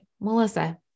Melissa